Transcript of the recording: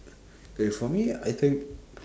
K for me I think